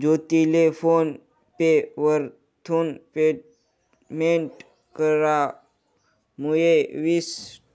ज्योतीले PhonePe वरथून payment करामुये वीस